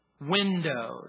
windows